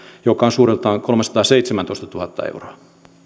jotka ovat suuruudeltaan kolmesataaseitsemäntoistatuhatta euroa